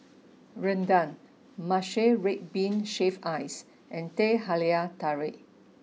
Rendang Matcha Red Bean Shaved Ice and Teh Halia Tarik